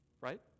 right